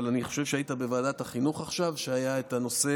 אבל אני חושב שהיית בוועדת החינוך עכשיו כשהיה הנושא.